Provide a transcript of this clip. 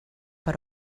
per